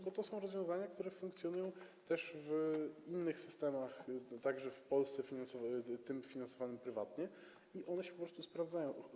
Bo to są rozwiązania, które funkcjonują też w innych systemach w Polsce, w tym finansowanych prywatnie, i one się po prostu sprawdzają.